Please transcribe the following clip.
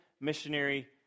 missionary